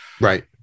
Right